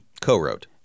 Co-wrote